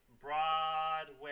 Broadway